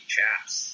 Chaps